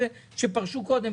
אלה שפרשו קודם,